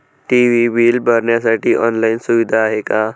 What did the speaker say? TV bill भरण्यासाठी online सुविधा आहे का?